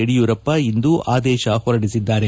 ಯಡಿಯೂರಪ್ಪ ಇಂದು ಆದೇಶ ಹೊರಡಿಸಿದ್ದಾರೆ